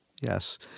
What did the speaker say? yes